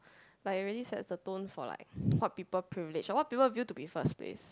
like it really sets the tone for like what people privilege like what people view to be first place